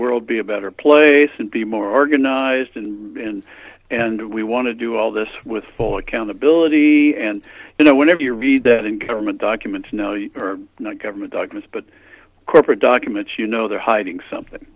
world be a better place and be more organized and and we want to do all this with full accountability and you know whenever you read that and government documents are not government documents but corporate documents you know they're hiding something